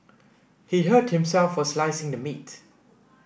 he hurt himself while slicing the meat